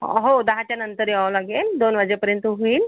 हो दहानंतर यावे लागेल दोन वाजेपर्यंत होईल